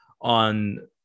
on